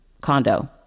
condo